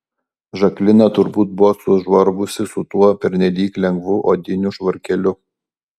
žaklina turbūt buvo sužvarbusi su tuo pernelyg lengvu odiniu švarkeliu